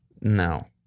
No